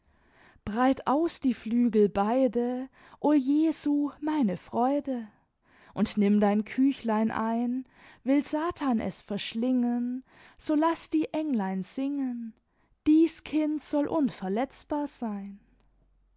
breit aus die flqgel beide o jesu meine freude und nimm dein küchlein ein will satan es verschlingen so laß die englein singen dies kind soll unverletzbar sein